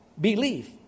belief